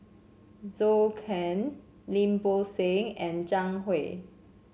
Zhou Can Lim Bo Seng and Zhang Hui